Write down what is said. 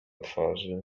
twarzy